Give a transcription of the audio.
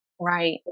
Right